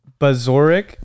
Bazoric